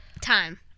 Time